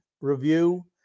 review